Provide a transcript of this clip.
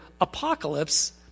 apocalypse